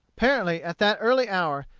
apparently, at that early hour,